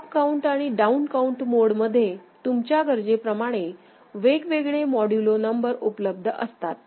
up count आणि down count mode मध्ये तुमच्या गरजेप्रमाणे वेगवेगळे मॉड्यूलो नंबर उपलब्ध असतात